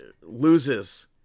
loses